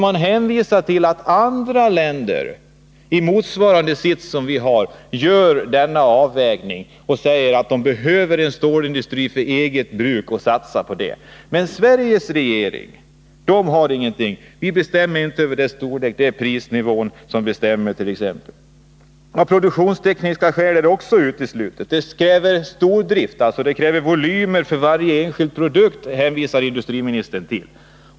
Man hänvisar till att andra länder, som befinner sig i samma situation som vi, gör en avvägning och säger sig behöva en stålindustri som framställer produkter för egen förbrukning. Men Sveriges regering gör ingen sådan avvägning. Den fastställer inte att stålindustrin skall ha en viss storlek, utan det är lönsamheten som är avgörande. Också produktionstekniska skäl omöjliggör ståldrift. Det krävs stordrift av varje enskild produkt för att det skall löna sig att framställa den, säger industriministern.